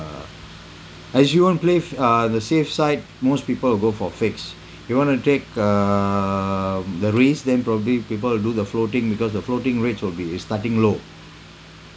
as you won't play t~ uh the safe side most people will go for phase you wanna take um the risk then probably people will do the floating because the floating rates will be starting low